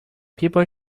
people